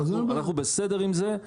אנחנו בסדר עם זה.